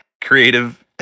creative